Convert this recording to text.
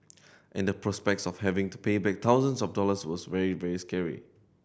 and the prospects of having to pay back thousands of dollars was very very scary